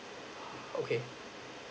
okay